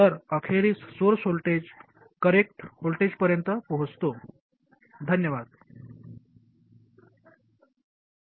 तर अखेरीस source voltage correct व्होल्टेजपर्यंत पोहोचतो